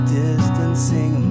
distancing